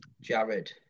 Jared